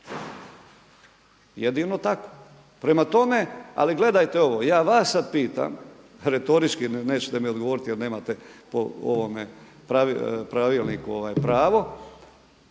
Jedino tako. Prema tome, ali gledajte ovo. Ja vas sad pitam retorički, nećete mi odgovoriti jer nemate po ovome pravilniku pravo.